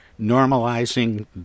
normalizing